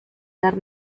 dar